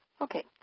Okay